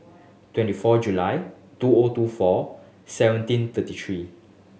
twenty four July two O two four seventeen thirty three